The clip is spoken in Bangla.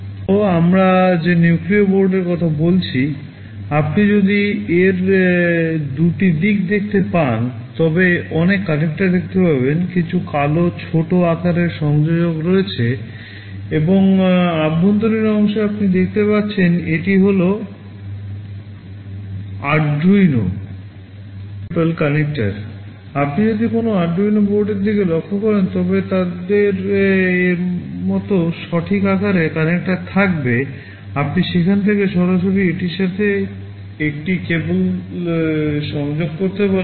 এটি হল আমরা যে নিউক্লিয়ার বোর্ডের থাকবে আপনি সেখান থেকে সরাসরি এটির সাথে একটি কেবল সংযোগ করতে পারেন